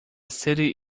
city